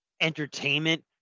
entertainment